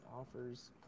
offers